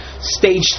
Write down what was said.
stage